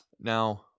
Now